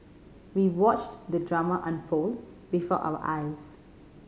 we watched the drama unfold before our eyes